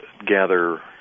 gather